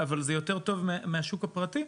אבל זה יותר טוב מהשוק הפרטי.